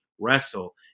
wrestle